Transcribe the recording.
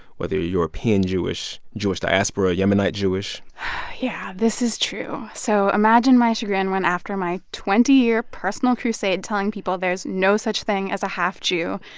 whether you're european jewish, jewish diaspora, yemenite jewish yeah, this is true. so imagine my chagrin when, after my twenty year personal crusade telling people there's no such thing as a half-jew,